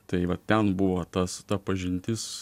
tai va ten buvo tas ta pažintis